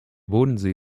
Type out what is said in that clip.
bodensee